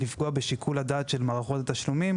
לפגוע בשיקול הדעת של מערכות התשלומים,